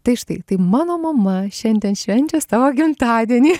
tai štai tai mano mama šiandien švenčia savo gimtadienį